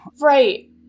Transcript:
Right